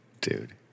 Dude